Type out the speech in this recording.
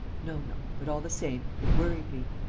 no, no! but, all the same, it worried me.